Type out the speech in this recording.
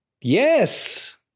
Yes